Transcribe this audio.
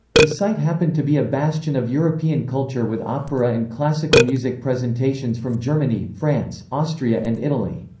the site happened to be a bastion of european culture with opera and classical music presentations from germany, france, austria and italy.